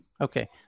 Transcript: Okay